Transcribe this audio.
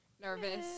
nervous